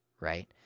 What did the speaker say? right